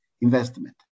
investment